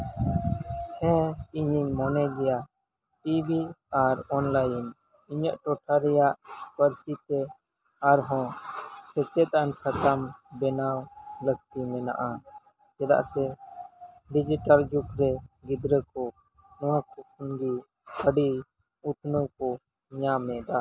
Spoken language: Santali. ᱦᱮᱸ ᱤᱧᱤᱧ ᱢᱚᱱᱮᱭ ᱜᱮᱭᱟ ᱴᱤᱵᱷᱤ ᱟᱨ ᱚᱱᱞᱟᱭᱤᱱ ᱤᱧᱟᱹᱜ ᱴᱚᱴᱷᱟ ᱨᱮᱭᱟᱜ ᱯᱟᱹᱨᱥᱤᱛᱮ ᱟᱨ ᱦᱚᱸ ᱥᱮᱪᱮᱫ ᱟᱱ ᱥᱟᱛᱟᱢ ᱵᱮᱱᱟᱣ ᱞᱟᱹᱠᱛᱤ ᱢᱮᱱᱟᱜᱼᱟ ᱪᱮᱫᱟᱜ ᱥᱮ ᱰᱤᱡᱤᱴᱮᱞ ᱡᱩᱜ ᱨᱮ ᱜᱤᱫᱽᱨᱟᱹ ᱠᱚ ᱱᱚᱶᱟ ᱠᱚ ᱠᱷᱚᱱ ᱜᱮ ᱟᱹᱰᱤ ᱩᱛᱱᱟᱹᱣ ᱠᱚ ᱧᱟᱢ ᱮᱫᱟ